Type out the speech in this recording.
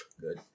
Good